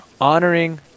honoring